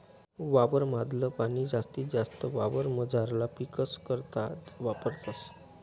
वावर माधल पाणी जास्तीत जास्त वावरमझारला पीकस करता वापरतस